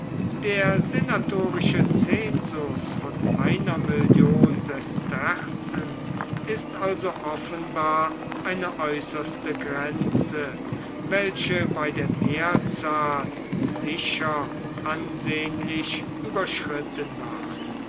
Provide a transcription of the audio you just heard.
der senatorische zensus von einer mill sesterzen ist also offenbar eine äußerste grenze welche bei der mehrzahl sicher ansehnlich überschritten ward